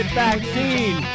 vaccine